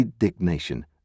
indignation